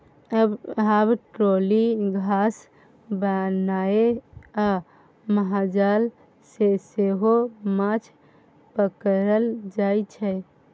आब ट्रोली, धासा बनाए आ महाजाल सँ सेहो माछ पकरल जाइ छै